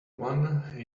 one